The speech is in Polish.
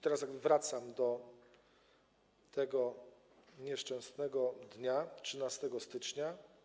Teraz wracam do tego nieszczęsnego dnia 13 stycznia.